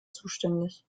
zuständig